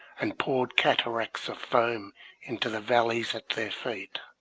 and poured cataracts of foam into the valleys at their feet.